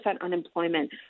unemployment